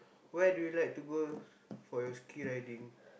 why do you like to go for your skii riding